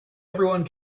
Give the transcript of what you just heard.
everyone